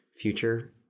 future